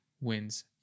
wins